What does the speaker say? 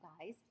guys